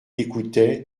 écoutaient